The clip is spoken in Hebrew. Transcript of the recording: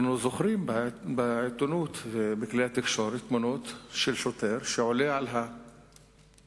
אנחנו זוכרים בעיתונות ובכלי התקשורת תמונות של שוטר שעולה על הטרקטור,